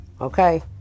Okay